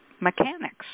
mechanics